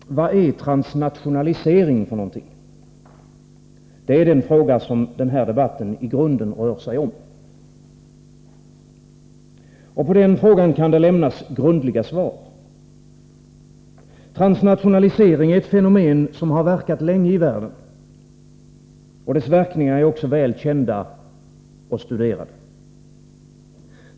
Herr talman! Vad är transnationalisering? Det är den frågan som debatten i grunden rör sig om. Och på den frågan kan det lämnas grundliga svar. Transnationalisering är ett fenomen som varar länge i världen, och dess verkningar är också väl kända och studerade.